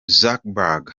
zuckerberg